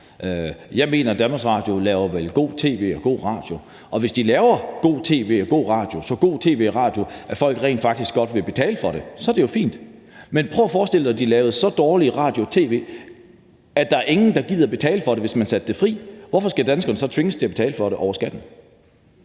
mener, at DR vel laver godt tv og god radio, og hvis de laver så godt tv og så god radio, at folk rent faktisk godt vil betale for det, så er det jo fint. Men prøv at forestille dig, at de lavede så dårlige radio- og tv-programmer, at der ikke var nogen, der gad betale for det, hvis man satte det fri – hvorfor skal danskerne så tvinges til at betale for det over skatten?